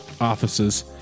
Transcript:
offices